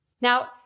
Now